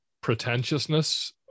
pretentiousness